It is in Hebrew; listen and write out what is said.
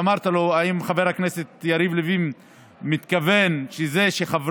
אמרתי לו: האם חבר הכנסת יריב לוין מתכוון לכך שפקידים